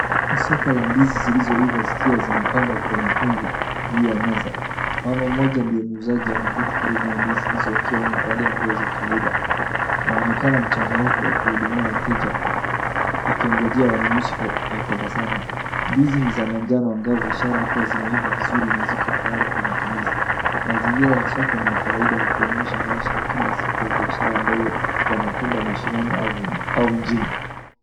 Soko la ndizi zilizoiva zikiwa zimepangwa kwa mafungu juu ya meza. Mama mmoja ndiye muuzaji ameketi karibu na ndizi hizo akiwa amevalia nguo za kawaida. Anaonekana mchangamfu akihudumia wateja akiongojea wanunuzi kwa tabasamu. Ndizi ni za manjano ambayo ishara ya kuwa zimeiva vizuri na ziko tayari kwa matumizi. Mazingira ya soko ni ya kawaida yakionyesha maisha ya kila siku ya biashara ndogo za matunda mashinani au mjini.